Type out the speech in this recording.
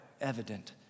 evident